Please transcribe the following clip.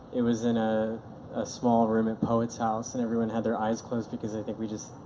it was in a ah small room at poets house, and everyone had their eyes closed because i think we just,